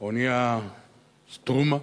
האונייה "סטרומה"